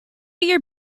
your